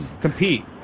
compete